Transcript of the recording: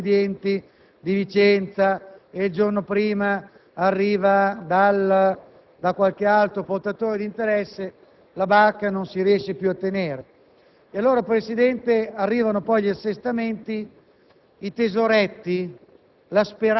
domani dai compagni della FIOM, dopodomani dai disubbidienti di Vicenza ed il giorno prima da qualche altro portatore d'interesse, la barca non si riesce più a tenere.